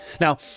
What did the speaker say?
Now